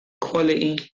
quality